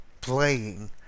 playing